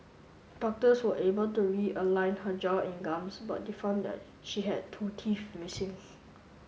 doctors were able to realign her jaw and gums but they found that she had two teeth missing